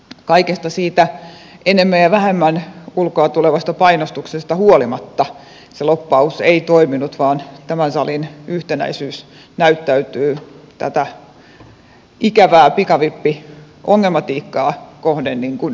kaikesta siitä enemmän ja vähemmän ulkoa tulevasta painostuksesta huolimatta se lobbaus ei toiminut vaan tämän salin yhtenäisyys näyttäytyy tätä ikävää pikavippiongelmatiikkaa kohden yksimieliseltä